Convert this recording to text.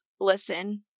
listen